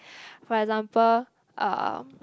for example um